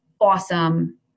awesome